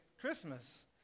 Christmas